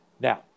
Now